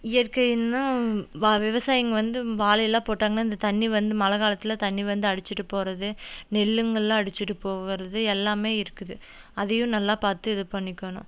இயற்கைனா வா விவசாயிங்க வந்து வாழையெல்லாம் போட்டாங்கனா அந்த தண்ணி வந்து மழை காலத்தில் தண்ணி வந்து அடிச்சிட்டு போகிறது நெல்லுங்கள்லாம் அடிச்சிட்டு போகுறது எல்லாம் இருக்குது அதையும் நல்லா பார்த்து இது பண்ணிக்கணும்